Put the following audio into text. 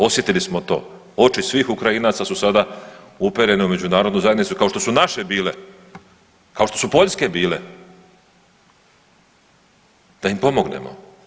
Osjetili smo to, oči svih Ukrajinaca su sada uperene u međunarodnu zajednicu kao što su naše bile, kao što su Poljske bile da im pomognemo.